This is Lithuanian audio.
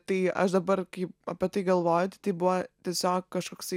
tai aš dabar kai apie tai galvoju ta tai buvo tiesiog kažkoksai